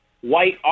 white